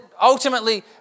ultimately